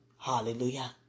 Hallelujah